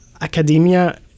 academia